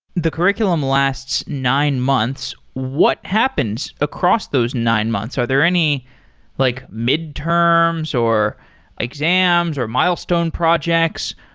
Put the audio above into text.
the curriculum lasts nine months. what happens across those nine months? are there any like midterms or exams or milestone projects?